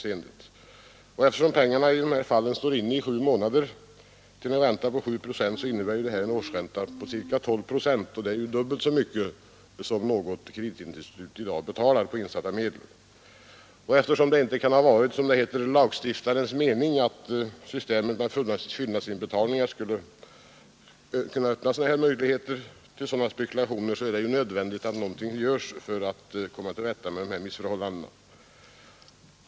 Eftersom pengarna i dessa fall stått inne i sju månader till en ränta på 7 procent innebär det en ränta på ca 12 procent eller dubbelt så mycket som något kreditinstitut i dag betalar på insatta medel. Eftersom det inte kan ha varit, som det heter, lagstiftarens mening att systemet med fyllnadsinbetalningar skulle öppna möjligheter till sådana Nr 142 här spekulationer, är det ju nödvändigt att något görs för att komma till Torsdagen den rätta med dessa missförhållanden.